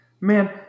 Man